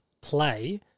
play